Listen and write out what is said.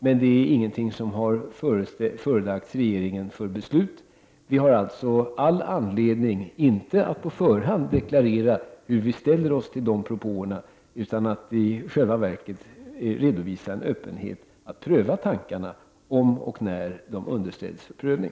Men det är ingenting som har förelagts regeringen för beslut. Vi har alltså all anledning att inte på förhand deklarera hur vi ställer oss till de propåerna utan i stället redovisa en öppenhet att pröva tankarna om och när de underställs prövning.